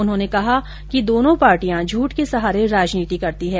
उन्होंने कहा कि दोनों पार्टियाँ झूठ के सहारे राजनीति करती है